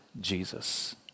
Jesus